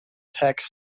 text